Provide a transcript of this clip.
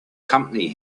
company